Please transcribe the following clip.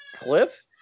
Cliff